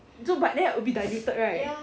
so but that would be diluted right